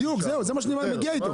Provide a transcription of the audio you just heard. בדיוק, זה מה שאני מגיע איתו.